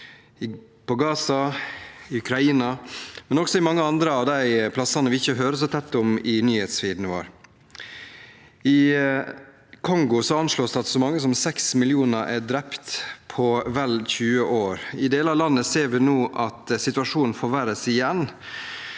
i Gaza og i Ukraina, men også på mange andre steder vi ikke hører så mye om i nyhetsfeeden vår. I Kongo anslås det at så mange som 6 millioner er drept på vel 20 år. I deler av landet ser vi nå at situasjonen forverres igjen,